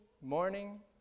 morning